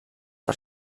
per